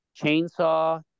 chainsaw